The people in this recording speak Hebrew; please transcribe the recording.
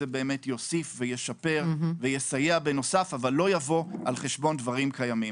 יוסיף וישפר ויסייע אבל לא יבוא על חשבון דברים אחרים.